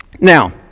Now